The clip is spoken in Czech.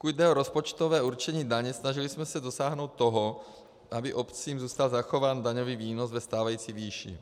Pokud jde o rozpočtové určení daní, snažili jsme se dosáhnout toho, aby obcím zůstal zachován daňový výnos ve stávající výši.